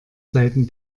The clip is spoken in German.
seiten